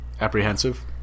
apprehensive